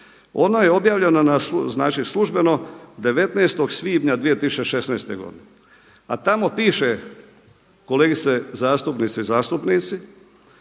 Ono je objavljeno službeno 19. svibnja 2016. godine, a tamo piše kolegice zastupnice i zastupnici